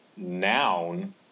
Noun